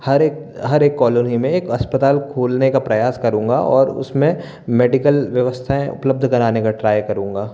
हर एक हर एक कॉलोनी में एक अस्पताल खोलने का प्रयास करूँगा और उसमें मेडिकल व्यवस्थाएँ उपलब्ध कराने का ट्राय करूँगा